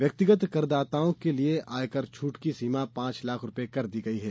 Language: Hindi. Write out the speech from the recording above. व्यक्तिगत करदाताओं के लिए आयकर छूट की सीमा पांच लाख रूपये कर दी गई है